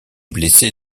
blessé